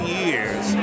years